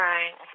Right